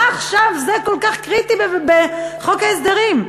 מה זה עכשיו כל כך קריטי בחוק ההסדרים?